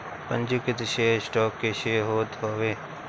पंजीकृत share stock के share होत हवे